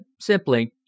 simply